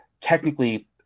technically